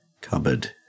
cupboard